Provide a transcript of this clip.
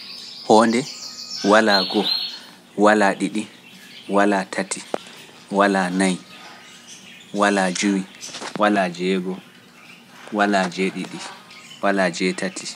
Honde walaa go, walaa ɗiɗi, walaa tati, walaa nayi, walaa jowi, walaa jeego, walaa jeɗiɗi, walaa jeetati.